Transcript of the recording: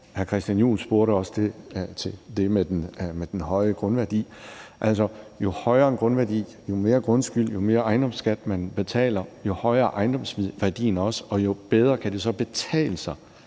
Hr. Christian Juhl spurgte også til det med den høje grundværdi. Altså, jo højere en grundværdi, jo mere grundskyld, jo mere ejendomsskat, man betaler, jo højere er ejendomsværdien også, og jo bedre kan det så betale sig